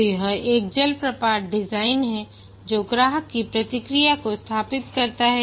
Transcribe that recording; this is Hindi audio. तो यह एक जलप्रपात डिज़ाइन है जो ग्राहक की प्रतिक्रिया को स्थापित करता है